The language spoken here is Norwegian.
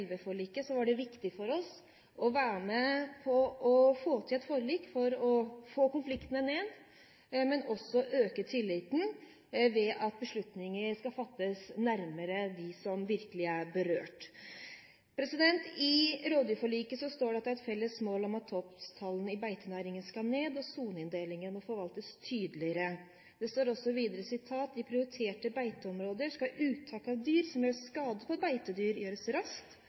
var det viktig for oss å være med på å få til et forlik for å få konfliktnivået ned, men også for å øke tilliten ved at beslutninger skal fattes nærmere dem som virkelig er berørt. I rovdyrforliket står det: «Det er et felles mål at tapstallene for beitenæringen må ned. Soneinndelingen må forvaltes tydelig.» Det står også videre: «I prioriterte beiteområder skal uttak av dyr som gjør skade på beitedyr gjøres raskt,